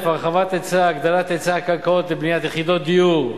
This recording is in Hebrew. הרחבת היצע, הגדלת היצע הקרקע לבניית יחידות דיור,